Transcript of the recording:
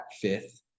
fifth